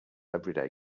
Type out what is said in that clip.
everyday